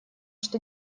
что